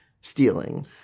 stealing